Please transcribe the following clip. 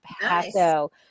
Paso